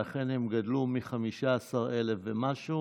ואכן הם גדלו מ-15,000 ומשהו